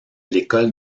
l’école